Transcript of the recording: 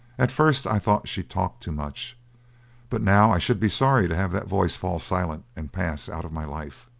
at first i thought she talked too much but now i should be sorry to have that voice fall silent and pass out of my life.